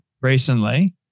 recently